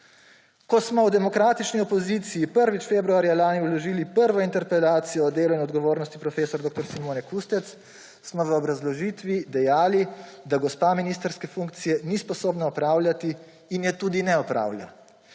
Ko smo v demokratični opoziciji prvič februarja lani vložili prvo interpelacijo o delu in odgovornosti prof. dr. Simone Kustec, smo v obrazložitvi dejali, da gospa ministrske funkcije ni sposobna opravljati in je tudi ne opravlja.